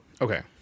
Okay